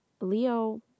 Leo